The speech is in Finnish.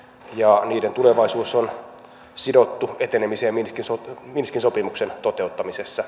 ja niiden tulevaisuus on sidottu etenemiseen minskin sopimuksen toteuttamisessa